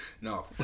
No